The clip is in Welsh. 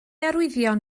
arwyddion